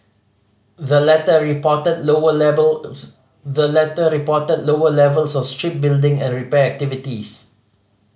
the latter reported lower levels the latter reported lower levels of shipbuilding and repair activities